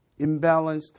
imbalanced